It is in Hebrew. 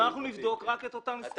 נבדוק רק את אותן עסקאות השוואה.